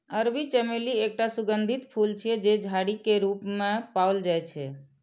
अरबी चमेली एकटा सुगंधित फूल छियै, जे झाड़ी के रूप मे पाओल जाइ छै